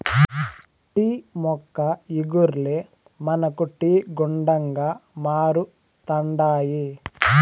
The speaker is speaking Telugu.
టీ మొక్క ఇగుర్లే మనకు టీ గుండగా మారుతండాయి